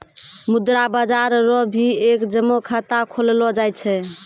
मुद्रा बाजार रो भी एक जमा खाता खोललो जाय छै